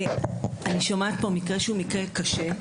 אני שומעת פה מקרה שהוא מקרה קשה.